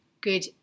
good